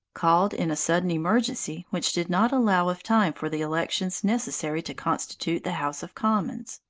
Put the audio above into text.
called in a sudden emergency which did not allow of time for the elections necessary to constitute the house of commons.